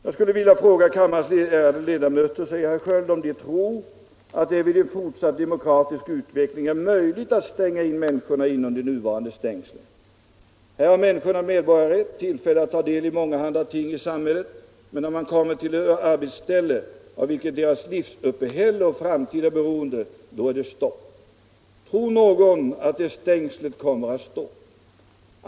Jag skulle vilja fråga kammarens ärade ledamöter, om de tro, att det vid en fortsatt demokratisk utveckling är möjligt att stänga in människorna inom de nuvarande stängslen. Här ha människorna medborgarrätt, tillfälle att ta del i mångahanda ting i samhället, men när man kommer till det arbetsställe, av vilket deras livsuppehälle och framtid är beroende, då är det stopp. Tror någon att det stängslet kommer att stå?